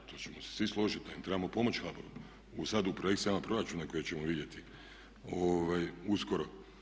To ćemo se svi složiti da im trebamo pomoći HBOR-u, sada u projekcijama proračuna koje ćemo vidjeti uskoro.